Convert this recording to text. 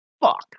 Fuck